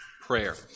prayer